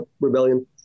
Rebellion